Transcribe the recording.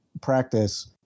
practice